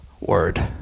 word